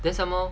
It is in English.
then some more